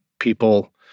people